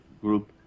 group